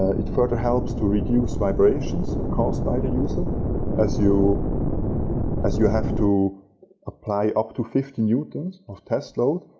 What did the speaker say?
it further helps to reduce vibrations caused by the user as you as you have to apply up to fifty newtons of test load.